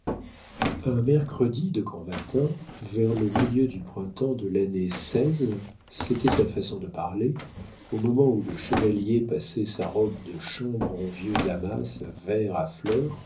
un mercredi de grand matin vers le milieu du printemps de l'année c'était sa façon de parler au moment où le chevalier passait sa robe de chambre en vieux damas vert à fleurs